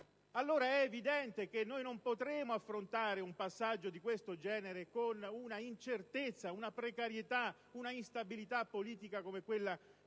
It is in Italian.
Allora, è evidente che non potremo affrontare un passaggio di questo genere con una incertezza, una precarietà, una instabilità politica come quella